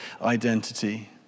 identity